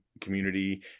community